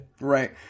Right